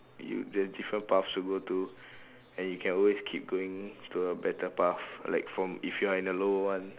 you there different paths to go to and you can always keep going to a better path like from if you are in a lower one